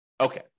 Okay